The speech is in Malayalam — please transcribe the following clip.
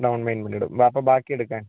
ഡൗൺ പേയ്മെൻറ്റിടും അപ്പം ബാക്കി എടുക്കാൻ